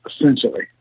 essentially